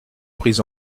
pris